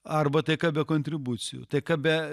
arba taika be kontribucijų taika be